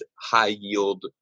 high-yield